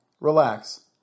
relax